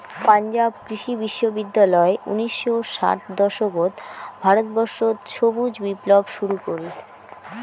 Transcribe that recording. পাঞ্জাব কৃষি বিশ্ববিদ্যালয় উনিশশো ষাট দশকত ভারতবর্ষত সবুজ বিপ্লব শুরু করি